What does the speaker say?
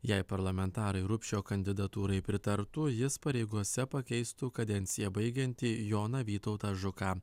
jei parlamentarai rupšio kandidatūrai pritartų jis pareigose pakeistų kadenciją baigiantį joną vytautą žuką